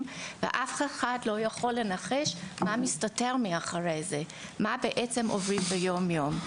ואף אחד לא יכול לנחש מה מסתתר מאחורי זה ומה הם עוברים יום יום.